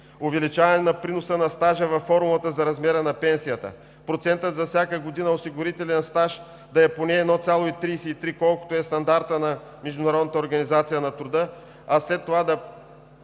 Увеличаване на приноса на стажа във формулата за размера на пенсията. Процентът за всяка година осигурителен стаж да е поне 1,33, колкото е стандартът на Международната